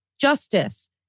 Justice